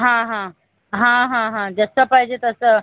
हां हां हां हां हां जसं पाहिजे तसं